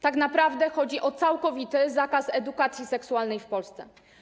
Tak naprawdę chodzi o całkowity zakaz edukacji seksualnej w Polsce.